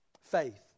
Faith